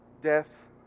death